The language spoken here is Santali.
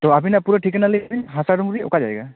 ᱛᱳ ᱟᱹᱵᱤᱱᱟᱜ ᱯᱩᱨᱟᱹ ᱴᱷᱤᱠᱟᱹᱱᱟ ᱞᱟᱹᱭ ᱵᱮᱱ ᱦᱟᱥᱟ ᱰᱩᱝᱨᱤ ᱚᱠᱟ ᱡᱟᱭᱜᱟ